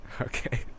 Okay